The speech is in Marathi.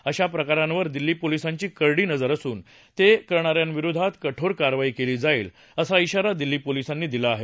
अशा प्रकारांवर दिल्ली पोलीसांची करडी नजर असून ते करणाऱ्यांविरोधात कठोर कारवाई केली जाईल असा बाारा दिल्ली पोलीसांनी दिला आहे